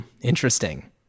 interesting